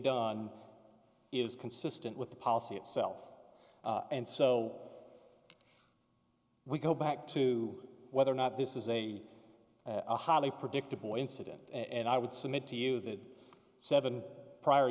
done is consistent with the policy itself and so we go back to whether or not this is a highly predictable incident and i would submit to you that seven prior